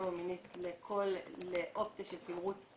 בטראומה מינית לאופציה של תמרוץ.